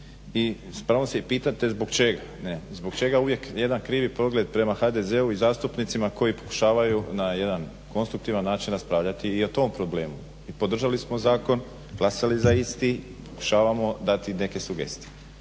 i s pravom se i pitate zbog čega uvijek jedan krivi pogled prema HDZ-u i zastupnicima koji pokušavaju na jedan konstruktivan način raspravljati i o tom problemu. I podržali smo zakon, glasali za isti, pokušavamo dati neke sugestije.